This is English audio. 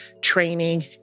training